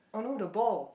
oh no the ball